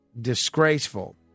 disgraceful